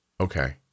Okay